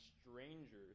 strangers